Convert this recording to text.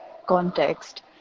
context